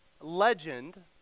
legend